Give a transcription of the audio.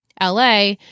la